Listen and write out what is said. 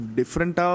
different